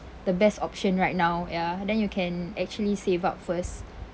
the best option right now ya then you can actually save up first